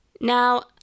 Now